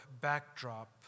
backdrop